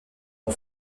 ont